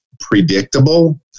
predictable